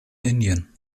indien